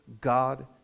God